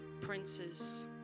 princes